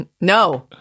No